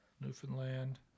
newfoundland